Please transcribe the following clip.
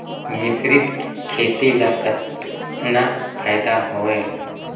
मिश्रीत खेती ल कतना फायदा होयल?